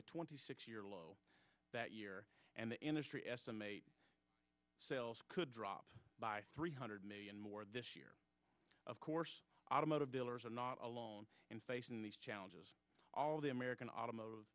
a twenty six year low that year and the industry estimates sales could drop by three hundred million more this year of course automotive dealers are not alone in facing these challenges all of the american automotive